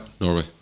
Norway